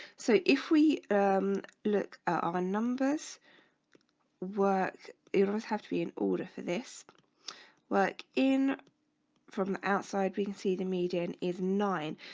so if we look our numbers work won't have to be in order for this work in from outside we can see the median is nine.